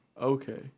Okay